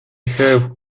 have